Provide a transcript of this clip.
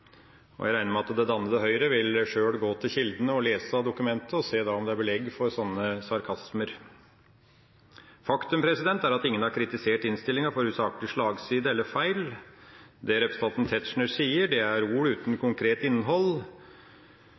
og jeg regner med at det dannede Høyre sjøl vil gå til kilden og lese i dokumentet og se om det er belegg for slike sarkasmer. Faktum er at ingen har kritisert innstillinga for usaklig slagside eller feil. Det representanten Tetzschner sier, er ord uten konkret innhold